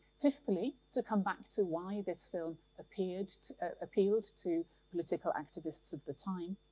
fifthly to come back to why this film appealed to appealed to political activists of the time,